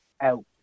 out